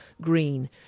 green